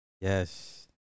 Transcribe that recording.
Yes